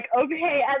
okay